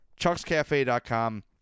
Chuckscafe.com